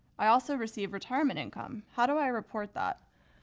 i also receive retirement income. how do i report that?